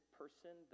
person